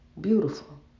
beautiful